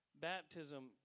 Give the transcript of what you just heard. baptism